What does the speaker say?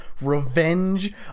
Revenge